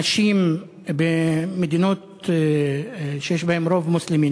אנשים במדינות שיש בהן רוב מוסלמי,